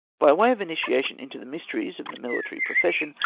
by way of initiation into the mysteries of the mihtary profession,